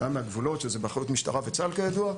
גם מהגבולות שזה באחריות המשטרה וצה"ל כידוע,